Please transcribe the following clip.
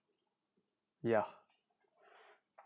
ya